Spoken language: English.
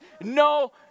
no